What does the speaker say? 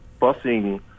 busing